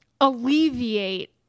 alleviate